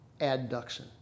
adduction